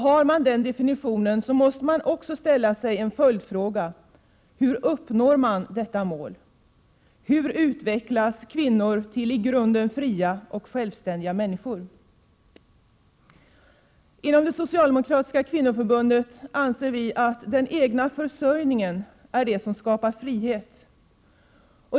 Har man den definitionen måste man också ställa följdfrågorna: Hur uppnår man detta mål? Hur utvecklas kvinnor till i grunden fria och självständiga människor? Inom det socialdemokratiska kvinnoförbundet anser vi att den egna försörjningen är det som skapar frihet.